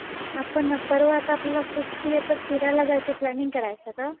आपण परवा आता आपल्याला सुट्टी आहे तर फिरायला जायचं प्लॅनिंग करायचं का